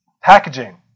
Packaging